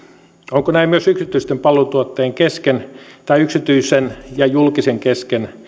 onko näin myös yksityisten palveluntuottajien kesken tai yksityisen ja julkisen kesken